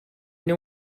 know